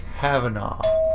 Kavanaugh